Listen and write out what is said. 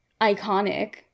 iconic